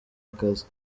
akazi